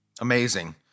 Amazing